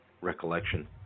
recollection